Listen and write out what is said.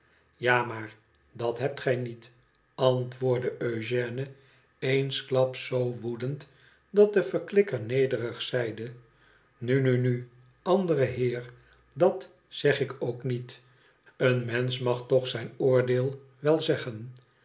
a maar dat hebt gij niet antwoordde eugène eensklaps zoo woedend dat de verklikker nederig zeide inu nu nu andere heer dat zeg ik ook niet een mensch mag toch zijn oordeel wel zeggen